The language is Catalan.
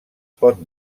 pot